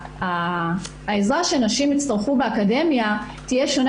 העזרה שנשים יצטרכו באקדמיה תהיה שונה